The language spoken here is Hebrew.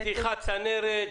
פתיחת צנרת,